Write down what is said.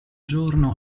giorno